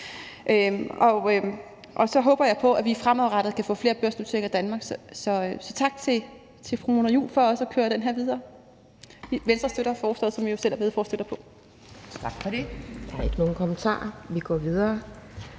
i. Så håber jeg på, at vi fremadrettet kan få flere børsnoteringer i Danmark. Tak til fru Mona Juul for at køre videre med det her. Venstre støtter forslaget, som vi jo selv er medforslagsstillere på.